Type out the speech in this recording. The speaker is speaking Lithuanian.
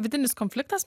vidinis konfliktas